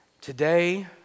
Today